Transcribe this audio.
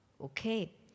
okay